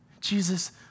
Jesus